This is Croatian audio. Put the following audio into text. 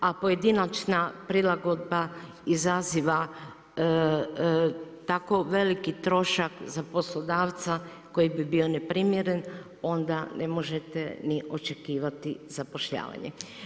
A pojedinačna prilagodba, izaziva tako veliki trošak za poslodavca koji bi bio neprimjeren, onda ne možete ni očekivati zapošljavanje.